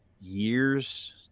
years